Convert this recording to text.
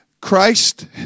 Christ